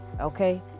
okay